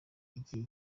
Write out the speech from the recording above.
igihe